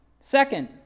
Second